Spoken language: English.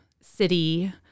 city